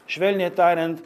švelniai tariant